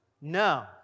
No